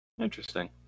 Interesting